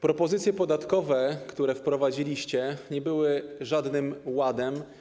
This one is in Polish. Propozycje podatkowe, które wprowadziliście, to nie był żaden ład.